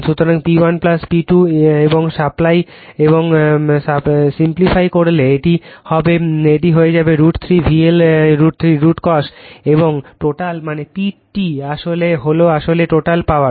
সুতরাং P1 P2 এবং simplify করলে এটি হয়ে যাবে √ 3 VL √ cos এবং টোটাল মানে PT হলো আসলে একটি টোটাল পাওয়ার